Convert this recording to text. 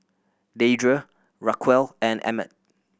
Deirdre Raquel and Emmet